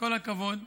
כל הכבוד.